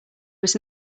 was